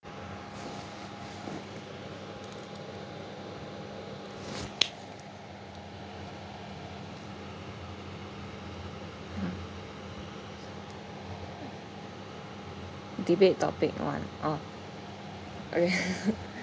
debate topic one oh okay